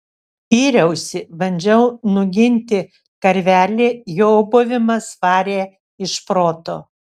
yriausi bandžiau nuginti karvelį jo ūbavimas varė iš proto